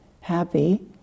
happy